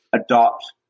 adopt